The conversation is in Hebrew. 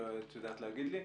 את יודעת להגיד לי?